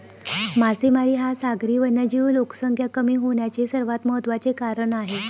मासेमारी हा सागरी वन्यजीव लोकसंख्या कमी होण्याचे सर्वात महत्त्वाचे कारण आहे